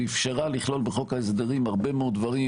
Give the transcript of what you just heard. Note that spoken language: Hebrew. ואפשרה לכלול בחוק ההסדרים הרבה מאוד דברים,